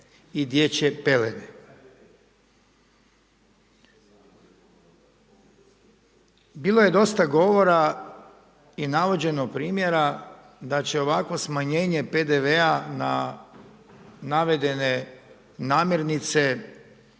i dječje pelene.